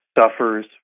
suffers